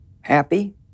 happy